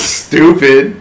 stupid